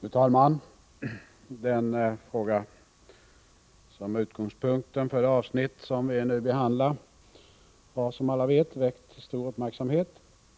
Fru talman! Den fråga som är utgångspunkt för det avsnitt som vi nu behandlar har, som alla vet, väckt stor uppmärksamhet.